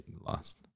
lost